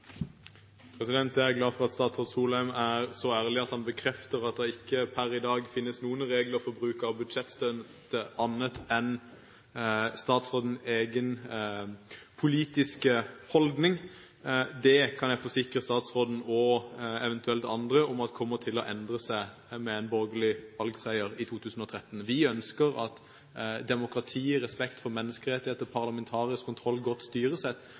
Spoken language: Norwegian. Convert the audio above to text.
så ærlig at han bekrefter at det per i dag ikke finnes noen regler for bruk av budsjettstøtte annet enn statsrådens egen politiske holdning. Jeg kan forsikre statsråden og eventuelt andre om at det kommer til å endre seg med en borgerlig valgseier i 2013. Vi ønsker at demokrati, respekt for menneskerettigheter, parlamentarisk kontroll, godt styresett